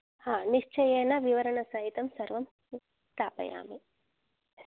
हा निश्चयेन विवरणसहितं सर्वं स्थापयामः